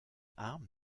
arm